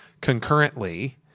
concurrently